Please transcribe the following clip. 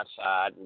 outside